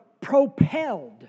propelled